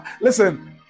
listen